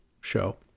show